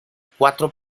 cuatro